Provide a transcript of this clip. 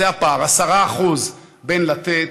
זה הפער בין לתת